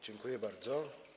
Dziękuję bardzo.